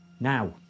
Now